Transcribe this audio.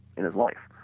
in his life.